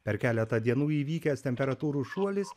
per keletą dienų įvykęs temperatūrų šuolis